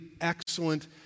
excellent